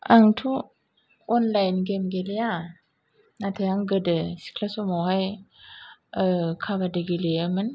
आंथ' online game गेलेया नाथाय आं गोदो सिख्ला समावहाय ओ काबादि गेलेयोमोन